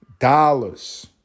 dollars